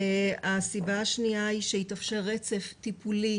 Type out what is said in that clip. הסיבה השנייה היא שיתאפשר רצף טיפולי